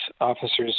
officers